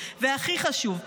והכי חשוב,